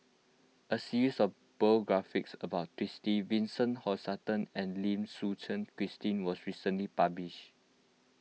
a series of biographies about Twisstii Vincent Hoisington and Lim Suchen Christine was recently published